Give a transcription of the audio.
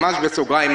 ממש בסוגריים,